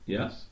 Yes